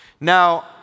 Now